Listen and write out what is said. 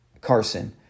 Carson